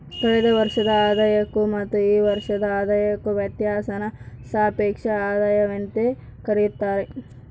ಕಳೆದ ವರ್ಷದ ಆದಾಯಕ್ಕೂ ಮತ್ತು ಈ ವರ್ಷದ ಆದಾಯಕ್ಕೂ ವ್ಯತ್ಯಾಸಾನ ಸಾಪೇಕ್ಷ ಆದಾಯವೆಂದು ಕರೆಯುತ್ತಾರೆ